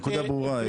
הנקודה ברורה,